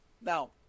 Now